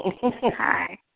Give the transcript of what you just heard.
Hi